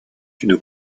une